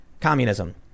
communism